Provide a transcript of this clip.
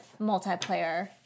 multiplayer